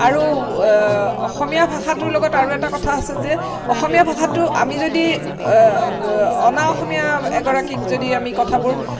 আৰু অসমীয়া ভাষাটোৰ লগত আৰু এটা কথা আছে যে অসমীয়া ভাষাটো আমি যদি অনা অসমীয়া এগৰাকীক যদি আমি কথাবোৰ